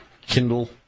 Kindle